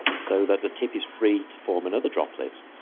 so that the tip is free to form another droplet.